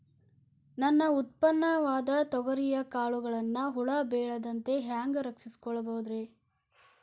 ನನ್ನ ಉತ್ಪನ್ನವಾದ ತೊಗರಿಯ ಕಾಳುಗಳನ್ನ ಹುಳ ಬೇಳದಂತೆ ಹ್ಯಾಂಗ ರಕ್ಷಿಸಿಕೊಳ್ಳಬಹುದರೇ?